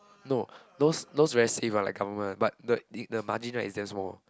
no those those very safe one like government ah but the the margin is damn small